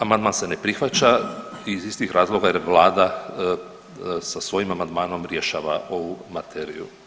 Amandman se ne prihvaća iz istih razloga jer vlada sa svojim amandmanom rješava ovu materiju.